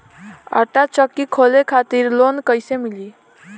आटा चक्की खोले खातिर लोन कैसे मिली?